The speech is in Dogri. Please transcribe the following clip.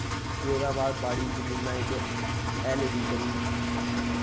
फ्ही ओह्दे बाद बाड़ी जमीनें च हैले दी कमी